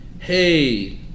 Hey